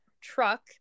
truck